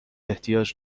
احتیاج